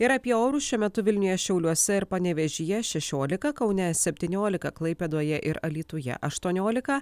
ir apie orus šiuo metu vilniuje šiauliuose ir panevėžyje šešiolika kaune septyniolika klaipėdoje ir alytuje aštuoniolika